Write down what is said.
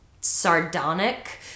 sardonic